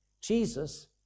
Jesus